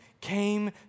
came